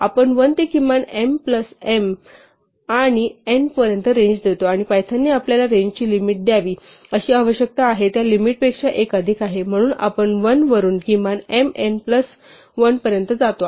आपण 1 ते किमान m प्लस m आणि n पर्यंत रेंज देतो आणि पायथनने आपल्याला रेंजची लिमिट द्यावी अशी आवश्यकता आहे त्या लिमिटपेक्षा एक अधिक आहे म्हणून आपण 1 वरून किमान m n प्लस 1 पर्यंत जातो